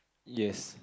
yes